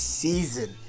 season